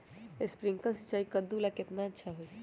Sprinkler सिंचाई कददु ला केतना अच्छा होई?